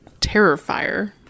Terrifier